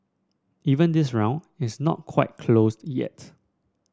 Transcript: even this round it's not quite closed yet